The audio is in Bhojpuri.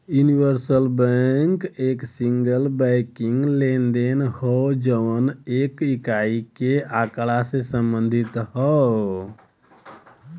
यूनिवर्सल बैंक एक सिंगल बैंकिंग लेनदेन हौ जौन एक इकाई के आँकड़ा से संबंधित हौ